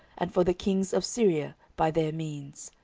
and for the kings of syria, by their means.